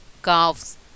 calves